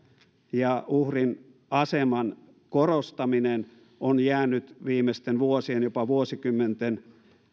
ja uhrin aseman korostaminen on jäänyt viimeisten vuosien jopa vuosikymmenten